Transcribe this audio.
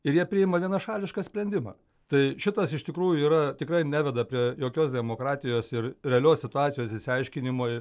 ir jie priima vienašališką sprendimą tai šitas iš tikrųjų yra tikrai neveda prie jokios demokratijos ir realios situacijos išsiaiškinimui